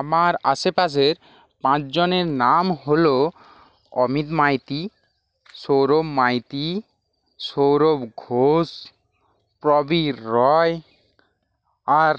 আমার আশেপাশের পাঁচজনের নাম হল অমিত মাইতি সৌরভ মাইতি সৌরভ ঘোষ প্রবীর রায় আর